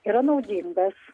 yra naudingas